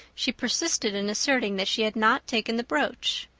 she persisted in asserting that she had not taken the brooch.